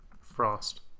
frost